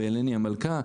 בהלני המלכה,